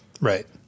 Right